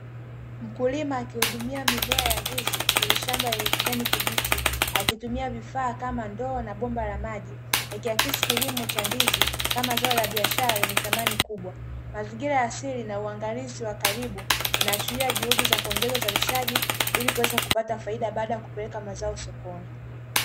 Mkulima akihudumia. mimea ya ndizi kwenye shamba lenye kijani kibichi, akitumia vifaa kama ndoo na bomba la maji, ikiakisi kilimo cha ndizi kama zao la biashara lenye thamani kubwa, mazingira ya asili na uangalizi wa karibu, unaashiria juhudi za kuongeza uzalishaji ili kuweza kupata faida baada ya kuyapeleka mazao sokoni.